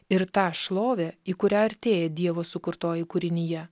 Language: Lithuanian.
ir tą šlovę į kurią artėja dievo sukurtoji kūrinija